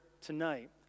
tonight